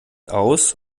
aus